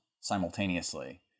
simultaneously